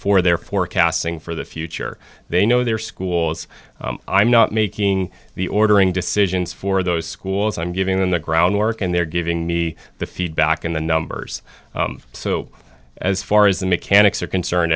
for their forecasting for the future they know their schools i'm not making the ordering decisions for those schools i'm giving them the groundwork and they're giving me the feedback in the numbers so as far as the mechanics are concerned